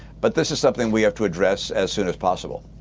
but this is something we have to address as soon as possible.